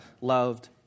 loved